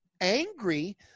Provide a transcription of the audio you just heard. angry